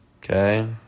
Okay